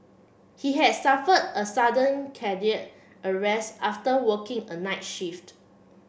he had suffered a sudden cardiac arrest after working a night shift